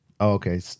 Okay